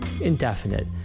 indefinite